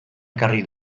ekarri